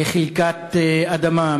לחלקת אדמה.